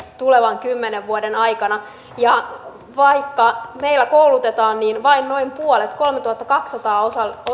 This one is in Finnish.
tulevan kymmenen vuoden aikana ja vaikka meillä koulutetaan niin vain noin puolet kolmetuhattakaksisataa